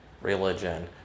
religion